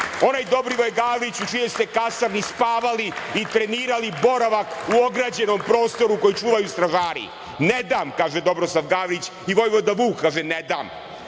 Onaj Dobrivoje Gavrić u čijoj ste kasarni spavali i trenirali boravak u ograđenom prostoru koji čuvaju stražari. „Ne dam“, kaže Dobrosav Gavrić. I vojvoda Vuk kaže – ne